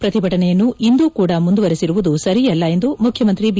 ಪ್ರತಿಭಟನೆಯನ್ನು ಇಂದೂ ಕೂಡ ಮುಂದುವರಿಸಿರುವುದು ಸರಿಯಲ್ಲ ಎಂದು ಮುಖ್ಯಮಂತ್ರಿ ಬಿ